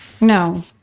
No